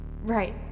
Right